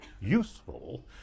useful